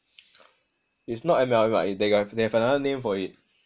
it's not M_L_M lah is they have they have another name for it